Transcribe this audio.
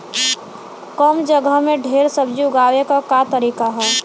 कम जगह में ढेर सब्जी उगावे क का तरीका ह?